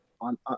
on